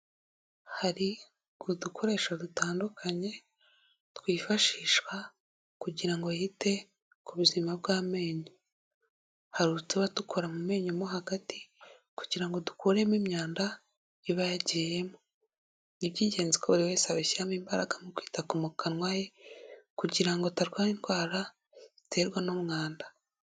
Hari udukoresho dutandukanye twifashishwa kugira ngo yite ku buzima bw'amenyo, hari utuba dukora mu menyo yo hagati, kugira ngo dukuremo imyanda iba yagiyemo, ni iby'ingenzi ko buri wese abishyiramo imbaraga mu kwita mu kanwa he, kugira ngo atarwaye indwara ziterwa n'umwanda.